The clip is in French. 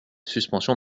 suspension